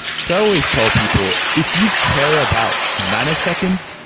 so i always tell people, if you care about nanoseconds,